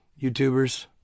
Youtubers